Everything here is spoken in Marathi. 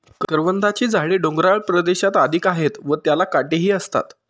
करवंदाची झाडे डोंगराळ प्रदेशात अधिक आहेत व त्याला काटेही असतात